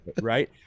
right